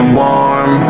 warm